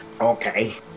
Okay